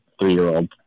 three-year-old